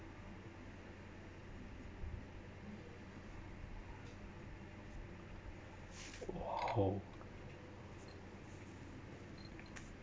!wow!